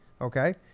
okay